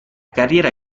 carriera